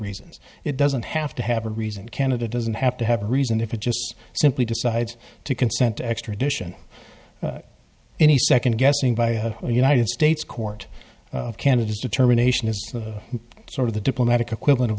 reasons it doesn't have to have a reason canada doesn't have to have a reason if it just simply decides to consent to extradition any second guessing by a united states court of canada's determination is the sort of the diplomatic equivalent of